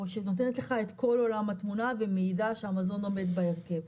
או שנותנת לך את כל עולם התמונה ומעידה שהמזון עומד בהרכב,